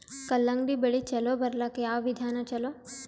ಕಲ್ಲಂಗಡಿ ಬೆಳಿ ಚಲೋ ಬರಲಾಕ ಯಾವ ವಿಧಾನ ಚಲೋ?